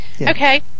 Okay